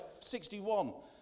61